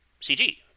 CG